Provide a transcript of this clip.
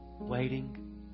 waiting